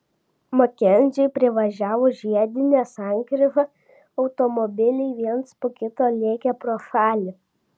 makenziui privažiavus žiedinę sankryžą automobiliai vienas po kito lėkė pro šalį